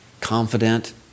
confident